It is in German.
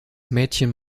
mädchen